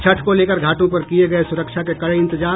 छठ को लेकर घाटों पर किये गये सुरक्षा के कड़े इंतजाम